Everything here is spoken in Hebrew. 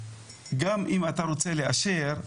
גם אם אתה רוצה לאשר,